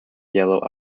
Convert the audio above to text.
yellow